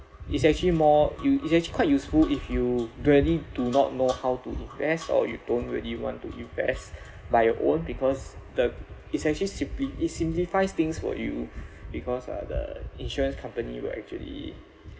it's actually more you it's actually quite useful if you really do not know how to invest or you don't really want to invest like your own because the it's actually simply it simplifies things for you because uh the insurance company will actually